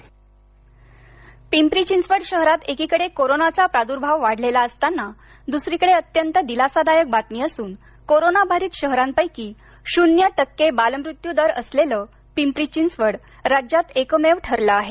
बाधित बालके पिंपरी चिंचवड शहरात एकीकडे कोरोनाचा प्रादुर्भाव वाढलेला असताना दुसरीकडे अत्यंत दिलासादायक बातमी असुन कोरोनाबाधित शहरांपैकी शून्य टक्के बाल मृत्यू असलेलं पिंपरी चिंचवड राज्यात एकमेव ठरलं आहे